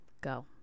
go